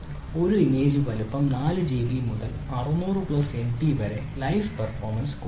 ഒരു ഇമേജ് വലുപ്പം 4 ജിബി മുതൽ 600 പ്ലസ് എംബി വരെ ലൈഫ് പെർഫോമൻസ് കുറയ്ക്കുന്നു